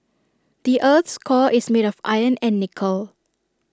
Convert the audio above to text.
the Earth's core is made of iron and nickel